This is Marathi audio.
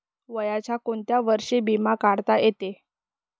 वयाच्या कोंत्या वर्षी बिमा काढता येते?